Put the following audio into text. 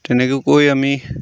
তেনেকৈ আমি